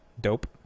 dope